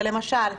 למשל,